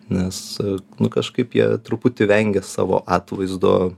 nes nu kažkaip jie truputį vengia savo atvaizdo